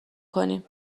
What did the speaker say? کنیم